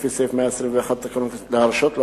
לפי סעיף 121 לתקנון הכנסת,